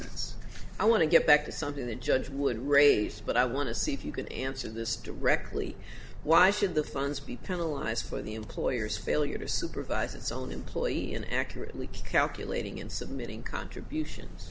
agreements i want to get back to something the judge would raise but i want to see if you can answer this directly why should the funds be penalize for the employer's failure to supervise its own employee in accurately calculating and submitting contributions